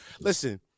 Listen